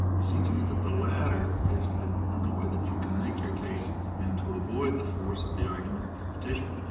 it seems to me that the latter is the only way that you can make your case and to avoid the force of the argument that the petitioner